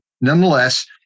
Nonetheless